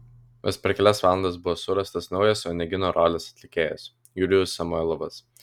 vos per kelias valandas buvo surastas naujas onegino rolės atlikėjas jurijus samoilovas